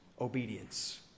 obedience